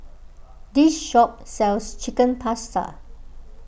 this shop sells Chicken Pasta